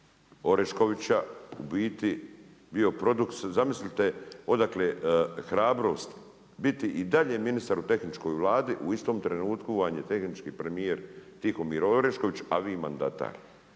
Oreškovića u biti bio produkt, zamislite odakle hrabrost biti i dalje ministar u tehničkoj Vladi u istom trenutku vam je tehnički premjer Tihomir Orešković, a vi mandatar.